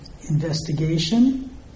investigation